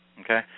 Okay